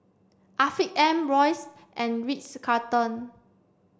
Afiq M Royce and Ritz Carlton